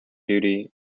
duty